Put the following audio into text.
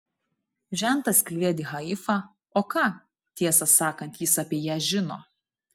žentas kliedi haifa o ką tiesą sakant jis apie ją žino